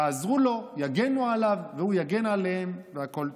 יעזרו לו, יגנו עליו, והוא יגן עליהם והכול טוב.